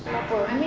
kenapa